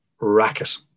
racket